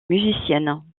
musicienne